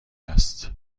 است